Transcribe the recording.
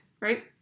right